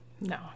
No